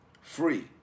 free